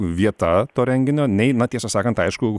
vieta to renginio nei na tiesą sakant aišku